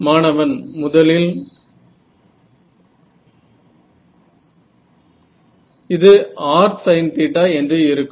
மாணவன் முதலில் இது rsinθ என்று இருக்கும்